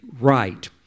right